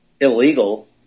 illegal